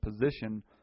position